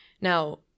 now